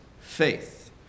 faith